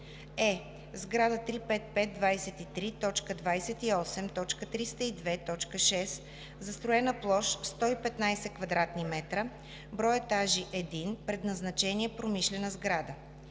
е) сграда 35523.28.302.6, застроена площ 115 кв. м, брой етажи 1, предназначение: промишлена сграда;